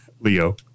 Leo